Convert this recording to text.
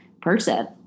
person